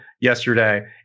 yesterday